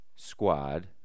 Squad